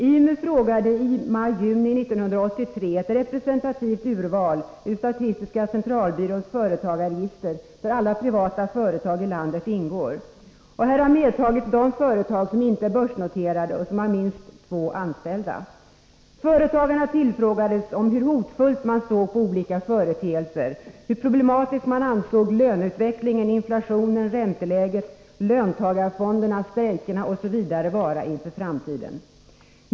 IMU frågade i maj-juni 1983 ett representativt urval ur statistiska centralbyråns företagarregister, där alla privata företag i landet ingår. Här har medtagits de företag som inte är börsnoterade och som har minst två anställda. Företagarna tillfrågades om hur hotfulla de ansåg olika företeelser vara, hur problematiska de ansåg löneutvecklingen, inflationen, ränteläget, löntagarfonderna, strejkerna m.m. vara inför framtiden.